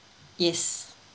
yes